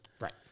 Right